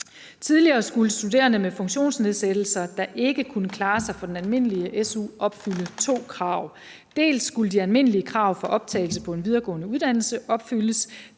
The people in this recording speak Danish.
Tidligere skulle studerende med funktionsnedsættelser, der ikke kunne klare sig for den almindelige SU, opfylde to krav. Dels skulle de almindelige krav for optagelse på en videregående uddannelse opfyldes,